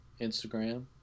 Instagram